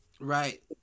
Right